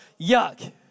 Yuck